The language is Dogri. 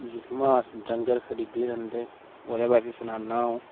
जित्थुआं अस डंगर खरीदने होन्ने ओह्दे बारै सुनाना अ'ऊं